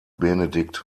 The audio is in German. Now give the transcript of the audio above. benedikt